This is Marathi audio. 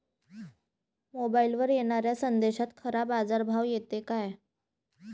मोबाईलवर येनाऱ्या संदेशात खरा बाजारभाव येते का?